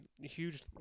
huge